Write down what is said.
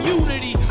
unity